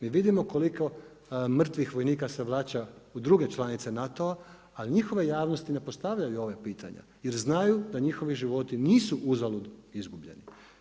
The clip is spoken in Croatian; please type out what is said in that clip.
Mi vidimo koliko mrtvi vojnika se vraća u druge članice NATO-a, ali njihova javnost ne postavlja ova pitanja jer znaju da njihovi životi nisu uzalud izgubljeni.